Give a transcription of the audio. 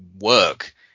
work